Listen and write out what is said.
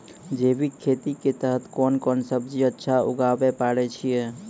जैविक खेती के तहत कोंन कोंन सब्जी अच्छा उगावय पारे छिय?